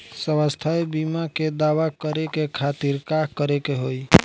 स्वास्थ्य बीमा के दावा करे के खातिर का करे के होई?